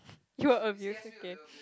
you were amused okay